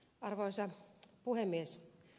arvoisa puhemies